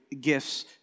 gifts